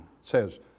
says